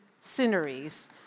sceneries